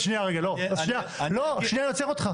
שנייה רגע, לא, שנייה אני עוצר אותך.